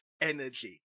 energy